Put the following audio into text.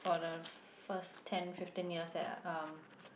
for the first ten fifteen years at uh